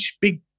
big